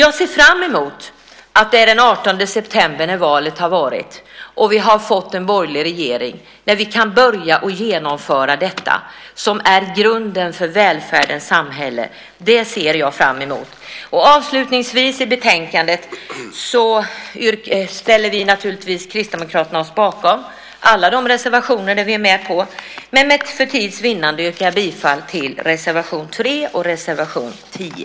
Jag ser fram emot den 18 september när valet har varit och vi har fått en borgerlig regering och då vi kan börja genomföra detta som är grunden för välfärdens samhälle. Det ser jag fram emot. Avslutningsvis ställer vi kristdemokrater oss naturligtvis bakom alla de reservationer som vi är med på i betänkandet, men för tids vinnande yrkar jag bifall till reservation 3 och reservation 10.